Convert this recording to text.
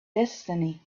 destiny